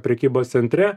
prekybos centre